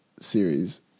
series